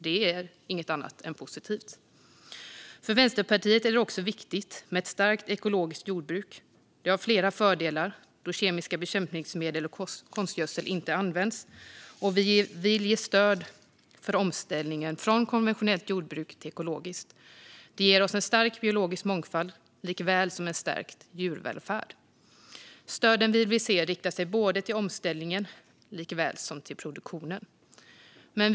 Det är inget annat än positivt. För Vänsterpartiet är det också viktigt med ett starkt ekologiskt jordbruk. Det har flera fördelar, då kemiska bekämpningsmedel och konstgödsel inte används. Vi vill ge stöd för omställningen från konventionellt jordbruk till ekologiskt. Det ger oss en stark biologisk mångfald likaväl som en stärkt djurvälfärd. Stöden vi vill se riktar sig både till omställningen och till produktionen.